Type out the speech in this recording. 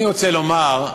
אני רוצה לומר,